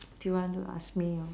do you want to ask me your